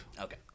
Okay